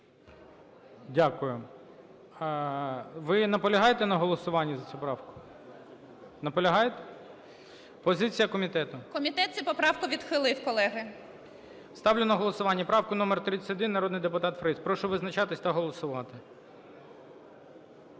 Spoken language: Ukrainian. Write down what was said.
Дякую. Ви наполягаєте на голосуванні за цю правку? Наполягаєте? Позиція комітету. КРАСНОСІЛЬСЬКА А.О. Комітет цю поправку відхилив, колеги. ГОЛОВУЮЧИЙ. Ставлю на голосування правку номер 31, народний депутат Фріс. Прошу визначатися та голосувати.